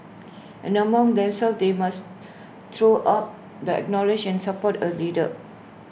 and amongst themselves they must throw up the acknowledge and support A leader